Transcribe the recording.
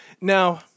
Now